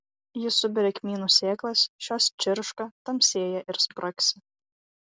ji suberia kmynų sėklas šios čirška tamsėja ir spragsi